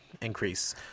increase